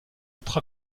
autres